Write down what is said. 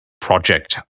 project